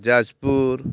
Jajpur